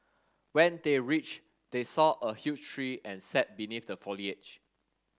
when they reached they saw a huge tree and sat beneath the foliage